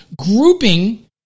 grouping